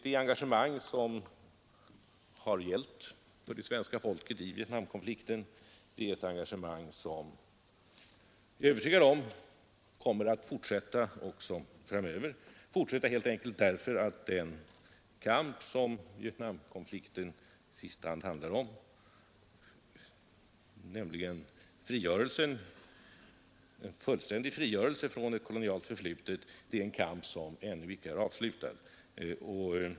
Det svenska folkets engagemang i Vietnamkonflikten är jag övertygad om kommer att fortsätta, helt enkelt därför att den kamp som Vietnamkonflikten i sista hand handlar om, nämligen en fullständig frigörelse från ett kolonialt förflutet, är en kamp som ännu icke är avslutad.